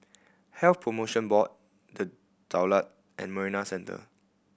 Health Promotion Board The Daulat and Marina Centre